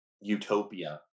utopia